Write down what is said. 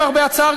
למרבה הצער,